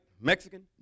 Mexican